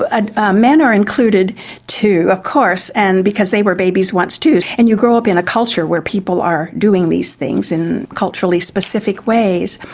ah ah men are included too of course, and because they were babies once too, and you grow up in a culture where people are doing these things in culturally specific ways.